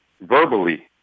verbally